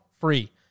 free